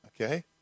Okay